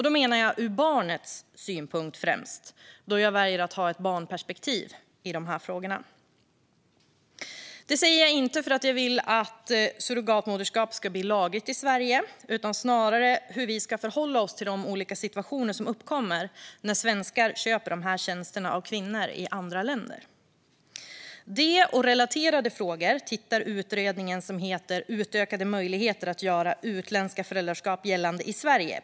Då menar jag främst ur barnets synvinkel eftersom jag väljer att ha ett barnperspektiv i de här frågorna. Det säger jag inte för att jag vill att surrogatmoderskap ska bli lagligt i Sverige utan snarare för att det handlar om hur vi ska förhålla oss till de olika situationer som uppkommer när svenskar köper de här tjänsterna av kvinnor i andra länder. Det och relaterade frågor tittar man på i utredningen som heter Utökade möjligheter att göra utländska föräldraskap gällande i Sverige.